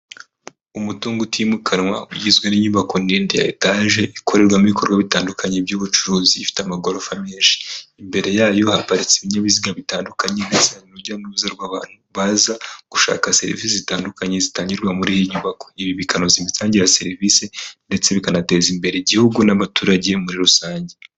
Umutungo utimukanwa ugizwe n'inyubako ndede ya etage ikorerwamo ibikoro bitandukanye by'ubucuruzi ifite amagorofa menshi, imbere yayo haparitse ibinyabiziga bitandukanye urundetse n'urujya n'uruza rw'abantu baza gushaka serivise zitandukanye zitangirwa muri iyi nyubako, ibi bikanoza imitangire ya serivise ndetse bikanateza imbere igihugu n'abaturage muri rusange.